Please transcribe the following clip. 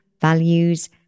values